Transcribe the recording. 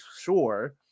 sure